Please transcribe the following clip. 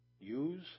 use